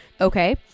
Okay